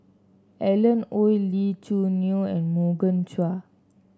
Alan Oei Lee Choo Neo and Morgan Chua